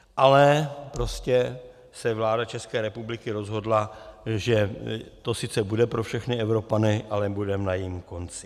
Ale prostě se vláda České republiky rozhodla, že to sice bude pro všechny Evropany, ale budeme na jejím konci.